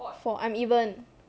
four I'm even